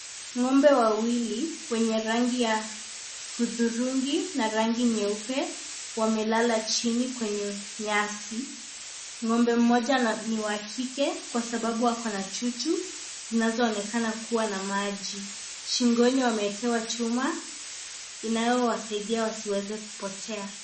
Ng'ombe wawili wenye rangi ya hudhurungi na wenye rangi nyeupe wamelala chini kwenye nyasi, ng'ombe mmoja ni wa kike kwa sababu akona chuchu inazoonekana kuwa na maji, shingoni wamewekewa chuma inayowasaidia wasiweze kupotea.